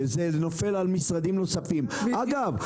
וזה נופל על משרדים נוספים אגב,